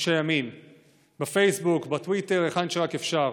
אנשי ימין, בפייסבוק, בטוויטר, היכן שרק אפשר.